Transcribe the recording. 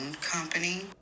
company